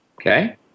Okay